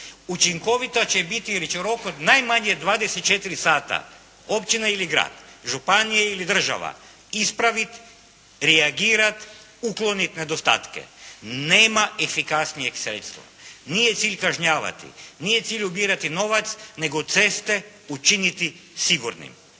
učinkovita će biti, jer će u roku od najmanje 24 sata općina ili grad, županija ili država ispraviti, reagirati, ukloniti nedostatke. Nema efikasnijeg sredstva. Nije cilj kažnjavati. Nije cilj ubirati novac, nego ceste učiniti sigurnim.